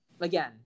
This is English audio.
Again